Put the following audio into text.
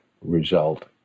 result